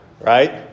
right